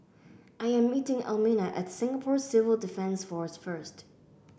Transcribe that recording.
I am meeting Elmina at Singapore Civil Defence Force first